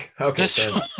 okay